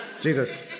Jesus